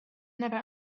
never